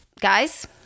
guys